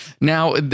Now